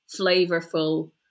flavorful